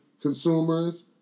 consumers